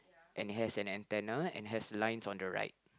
and has an antenna and has lines on the right